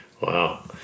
Wow